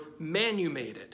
manumated